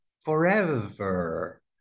forever